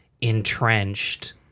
entrenched